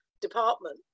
department